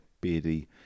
beardy